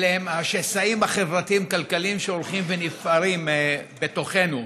אלה הם השסעים החברתיים-כלכליים שהולכים ונפערים בתוכנו.